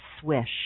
swish